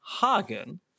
Hagen